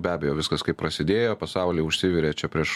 be abejo viskas kaip prasidėjo pasaulyje užsiverė čia prieš